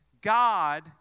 God